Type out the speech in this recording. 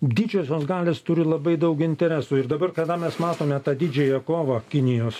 didžiosios galios turi labai daug interesų ir dabar kada mes matome tą didžiąją kovą kinijos